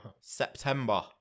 September